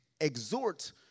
exhort